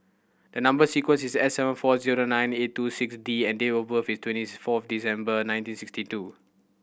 a number sequence is S seven four zero nine eight two six D and date of birth is twentieth four December nineteen sixty two